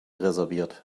reserviert